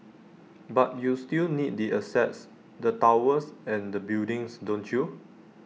but you still need the assets the towers and the buildings don't you